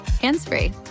hands-free